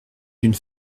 d’une